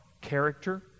character